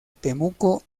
temuco